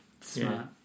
Smart